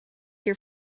your